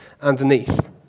underneath